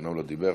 שאומנם לא ידבר,